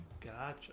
gotcha